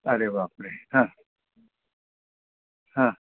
अरे बापरे हां हं